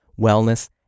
wellness